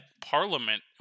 parliament